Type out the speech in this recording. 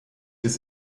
des